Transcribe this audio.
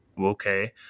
Okay